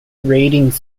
ratings